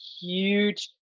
huge